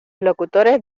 locutores